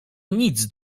nic